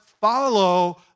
follow